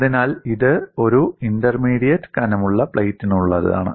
അതിനാൽ ഇത് ഒരു ഇന്റർമീഡിയറ്റ് കനമുള്ള പ്ലേറ്റിനുള്ളതാണ്